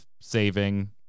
saving